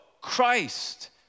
Christ